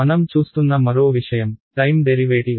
మనం చూస్తున్న మరో విషయం టైమ్ డెరివేటివ్